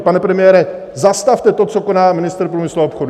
Pane premiére, zastavte to, co koná ministr průmyslu a obchodu.